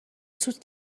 سوت